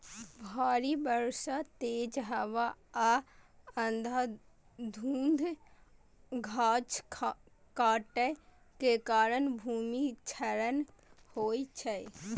भारी बर्षा, तेज हवा आ अंधाधुंध गाछ काटै के कारण भूमिक क्षरण होइ छै